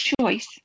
choice